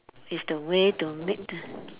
is the way to make the